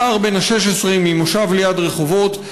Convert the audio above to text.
סער בן ה-16 ממושב ליד רחובות.